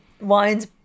wines